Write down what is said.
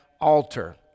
altar